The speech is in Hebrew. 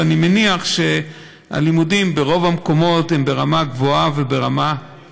ואני מניח שהלימודים ברוב המקומות הם ברמה גבוהה וטובה.